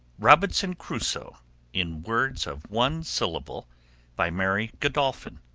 robinson crusoe in words of one syllable by mary godolphin